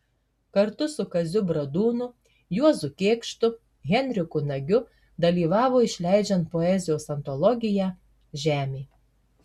kartu su kaziu bradūnu juozu kėkštu henriku nagiu dalyvavo išleidžiant poezijos antologiją žemė